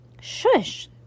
Shush